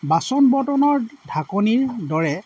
বাচন বৰ্তনৰ ঢাকনিৰ দৰে